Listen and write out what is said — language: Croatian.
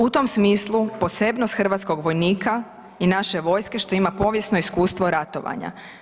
U tom smislu posebnost hrvatskog vojnika i naše vojske što ima povijesno iskustvo ratovanja.